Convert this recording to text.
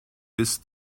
bis